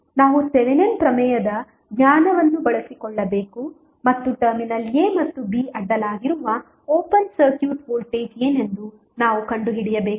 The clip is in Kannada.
ನಾವು ಥೆವೆನಿನ್ ಪ್ರಮೇಯದ ಜ್ಞಾನವನ್ನು ಬಳಸಿಕೊಳ್ಳಬೇಕು ಮತ್ತು ಟರ್ಮಿನಲ್ a ಮತ್ತು b ಅಡ್ಡಲಾಗಿರುವ ಓಪನ್ ಸರ್ಕ್ಯೂಟ್ ವೋಲ್ಟೇಜ್ ಏನೆಂದು ನಾವು ಕಂಡುಹಿಡಿಯಬೇಕು